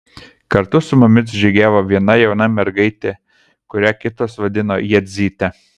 kartu su mumis žygiavo viena jauna mergaitė kurią kitos vadino jadzyte